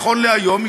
נכון להיום,